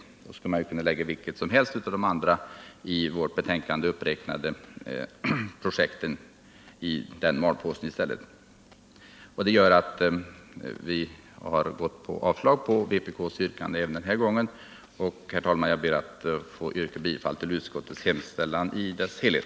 I så fall skulle man ju kunna lägga vilket som helst av de i betänkandet uppräknade projekten i den malpåsen. Utskottet har alltså avstyrkt vpk:s yrkande även den här gången. Herr talman! Jag ber att få yrka bifall till utskottets hemställan i dess helhet.